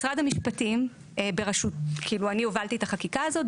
משרד המשפטים בראשות אני הובלתי את החקיקה הזאת,